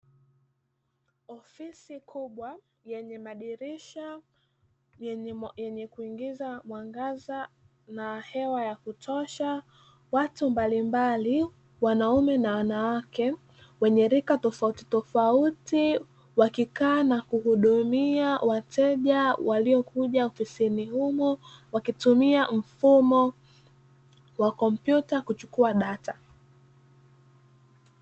Ofisi kubwa yenye madirisha yenye kuingiza mwangaza na hewa ya kutosha. Watu mbalimbali wanaume na wanawake wenye rika tofautitofauti, wakikaa na kuhudumia wateja waliokuja ofisini humo, wakitumia mfumo wa kompyuta kuchukua data.